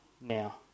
now